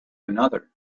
another